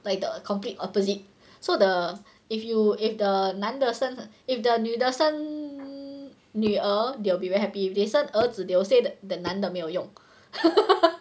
like the complete opposite so the if you if the 男的生 if the 女的生女儿 they will be very happy if they 生儿子 they will say that 男的没有用